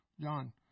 John